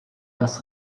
das